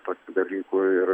tokių dalykų ir